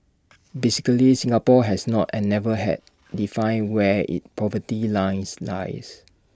basically Singapore has not and never had defined where its poverty line lies